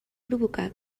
provocar